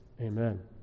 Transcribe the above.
amen